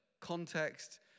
context